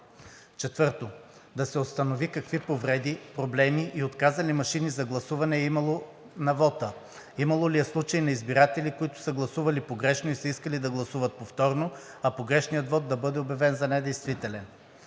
4. Да се установи какви повреди, проблеми и отказали машини за гласуване е имало на вота, имало ли е случаи на избиратели, които са гласували погрешно и са искали да гласуват повторно, а погрешният вот да бъде обявен за недействителен.